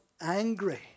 angry